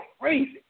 crazy